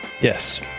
yes